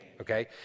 Okay